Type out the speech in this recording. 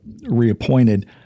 reappointed